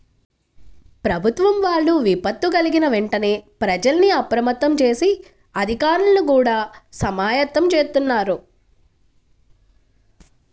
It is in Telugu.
ప్రభుత్వం వాళ్ళు విపత్తు కల్గిన వెంటనే ప్రజల్ని అప్రమత్తం జేసి, అధికార్లని గూడా సమాయత్తం జేత్తన్నారు